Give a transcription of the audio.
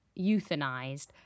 euthanized